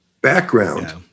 background